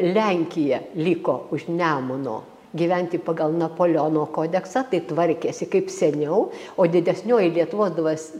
lenkija liko už nemuno gyventi pagal napoleono kodeksą tai tvarkėsi kaip seniau o didesnioji lietuvos dvas